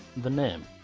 the name.